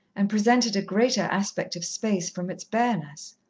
and presented a greater aspect of space from its bareness.